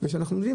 אנחנו יודעים